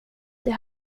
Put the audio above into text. det